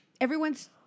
everyone's